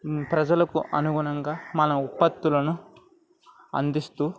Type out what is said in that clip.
ప్రజలకు అనుగుణంగా మన ఉత్పత్తులను అందిస్తు